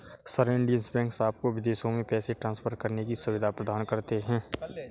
sir, Indian banks आपको विदेशों में पैसे ट्रान्सफर करने की सुविधा प्रदान करते हैं